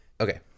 Okay